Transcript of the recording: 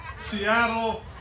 Seattle